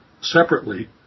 separately